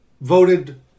voted